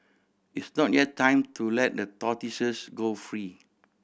it's not yet time to let the tortoises go free